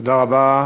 תודה רבה.